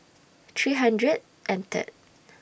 three hundred and Third